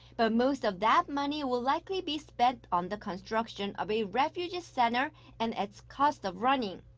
but most of that money will likely be spent on the construction of a refugee center and its cost of running.